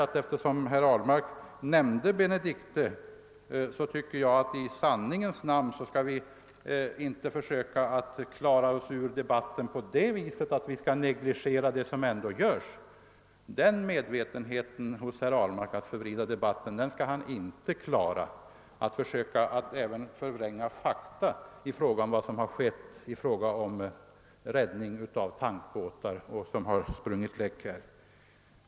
Men eftersom herr Ahlmark ändå nämnde »Benedichte«, tycker jag att vi i sanningens namn inte skall försöka klara oss ur debatten på det sättet att vi skall negligera vad som ändå görs. Denna medvetna strävan hos herr Ahlmark att förvrida debatten skall inte lyckas. Han skall inte försöka att även förvränga fakta i fråga om vad som skett när det gäller räddning av tankbåtar som har sprungit läck.